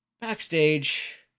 backstage